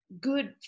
good